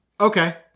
Okay